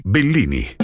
Bellini